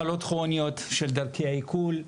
מחלות כרוניות של דרכי העיכול,